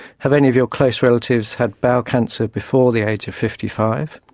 have any of your close relatives had bowel cancer before the age of fifty five?